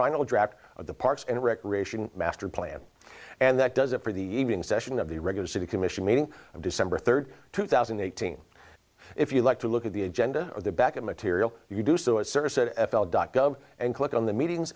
final draft of the parks and recreation master plan and that does it for the evening session of the regular city commission meeting of december third two thousand and eighteen if you like to look at the agenda of the back of material you do so a service at f l dot gov and click on the meetings